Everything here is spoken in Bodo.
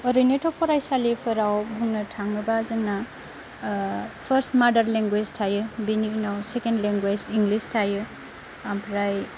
ओरैनोथ' फरायसालिफोराव बुंनो थाङोब्ला जोंना फार्स्ट मादार लेंगुवेज थायो बिनि उनाव सेकेन्ड लेंगुवेज इंलिस थायो ओमफ्राय